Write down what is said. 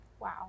Wow